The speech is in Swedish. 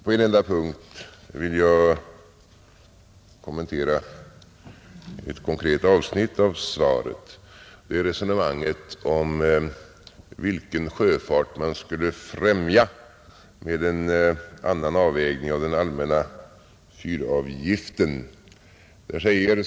På en enda punkt vill jag kommentera ett konkret avsnitt av svaret, nämligen resonemanget om vilken sjöfart man skulle främja med en annan avvägning av den allmänna fyravgiften.